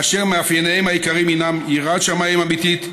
אשר מאפייניהם העיקריים הינם יראת שמיים אמיתית,